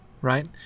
right